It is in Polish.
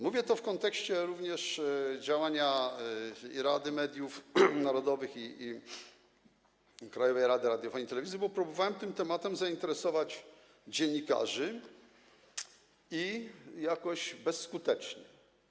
Mówię to również w kontekście działania i Rady Mediów Narodowych, i Krajowej Rady Radiofonii i Telewizji, bo próbowałem tym tematem zainteresować dziennikarzy, ale jakoś bezskutecznie.